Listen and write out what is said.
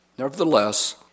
Nevertheless